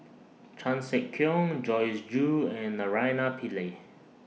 Chan Sek Keong Joyce Jue and Naraina Pillai